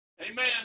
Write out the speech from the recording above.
Amen